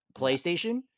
playstation